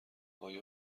آیا